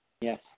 Yes